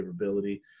favorability